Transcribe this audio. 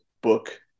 book